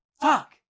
Fuck